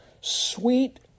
sweet